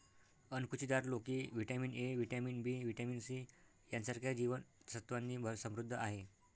अणकुचीदार लोकी vitamin A, vitamin B, vitamin C यांसारख्या जीवन सत्त्वांनी समृद्ध आहे